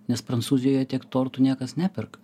nes prancūzijoj tiek tortų niekas neperka